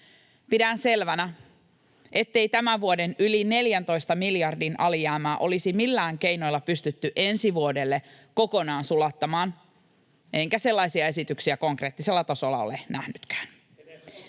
Pidän selvänä, ettei tämän vuoden yli 14 miljardin alijäämää olisi millään keinoilla pystytty ensi vuodelle kokonaan sulattamaan, enkä sellaisia esityksiä konkreettisella tasolla ole nähnytkään.